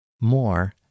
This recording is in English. More